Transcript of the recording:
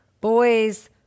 boys